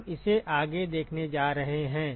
हम इसे आगे देखने जा रहे हैं